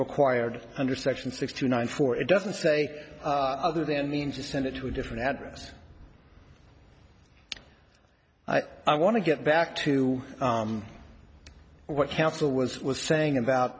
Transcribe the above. required under section six to ninety four it doesn't say other then means to send it to a different address i want to get back to what counsel was was saying about